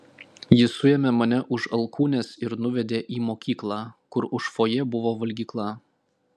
jis suėmė mane už alkūnės ir nuvedė į mokyklą kur už fojė buvo valgykla